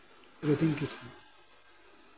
ᱨᱚᱛᱷᱤᱱ ᱠᱤᱥᱠᱩ